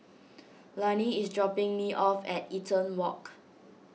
Lani is dropping me off at Eaton Walk